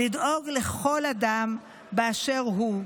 לדאוג לכל אדם באשר הוא.